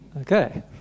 Okay